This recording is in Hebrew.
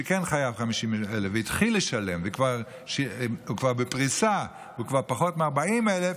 שמי שכן חייב 50,000 והתחיל לשלם וכבר בפריסה וכבר פחות מ-40,000,